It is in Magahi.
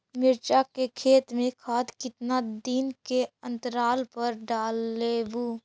मिरचा के खेत मे खाद कितना दीन के अनतराल पर डालेबु?